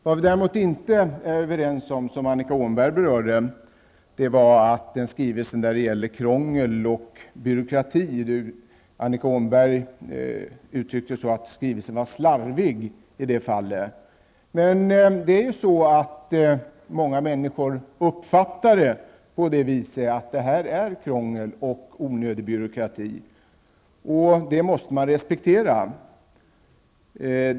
Vad vi däremot inte är överens om, vilket Annika Åhnberg berörde, är den skrivelse som innehåller krångel och byråkrati. Annika Åhnberg uttryckte det som att skrivelsen var slarvig. Men många människor uppfattar detta som krångel och onödig byråkrati. Det måste man respektera.